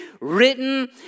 written